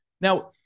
Now